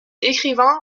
écrivain